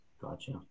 Gotcha